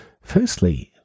Firstly